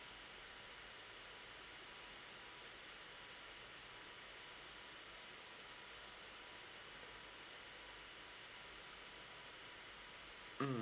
mm